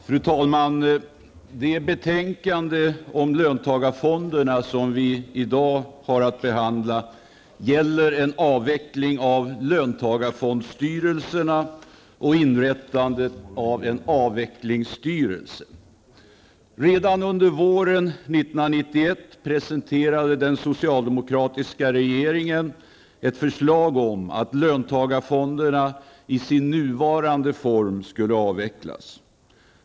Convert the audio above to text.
Fru talman! Det betänkande om löntagarfonderna som vi i dag har att behandla gäller en avveckling av löntagarfondstyrelserna och inrättandet av en avvecklingsstyrelse. Redan under våren 1991 presenterade den socialdemokratiska regeringen ett förslag om att löntagarfonderna i sin nuvarande form skulle avvecklas.